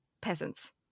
peasants